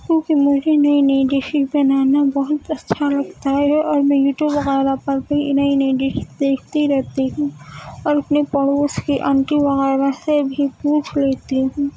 کیونکہ مجھے نئی نئی ڈشز بنانا بہت اچھا لگتا ہے اور میں یوٹیوب وغیرہ پر بھی نئی نئی ڈش دیکھتی رہتی ہوں اور اپنے پڑوس کی انٹی وغیرہ سے بھی پوچھ لیتی ہوں